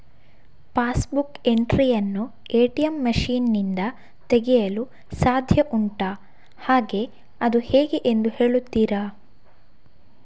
Pass book entry ಯನ್ನು ATM machine ನಿಂದ ತೆಗೆಯಲು ಸಾಧ್ಯ ಉಂಟಾ ಹಾಗೆ ಅದು ಹೇಗೆ ಎಂದು ಹೇಳುತ್ತೀರಾ?